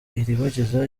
ilibagiza